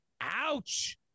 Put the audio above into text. Ouch